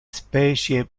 specie